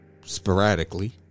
sporadically